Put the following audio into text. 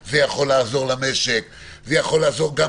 זה יכול לעזור למשק,